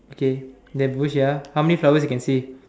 okay that bush ya how many flowers you can see